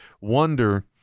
wonder